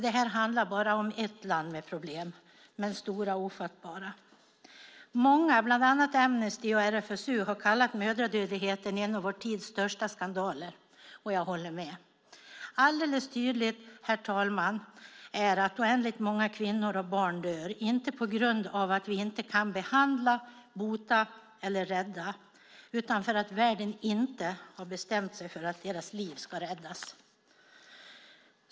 Detta handlar bara om ett land med problem, även om de är stora och ofattbara. Många, bland annat Amnesty och RFSU, har kallat mödradödligheten en av vår tids största skandaler, och jag håller med. Alldeles tydligt är det, herr talman, att oändligt många kvinnor och barn dör - inte på grund av att vi inte kan behandla, bota eller rädda utan för att världen inte har bestämt sig för att deras liv ska räddas.